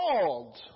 called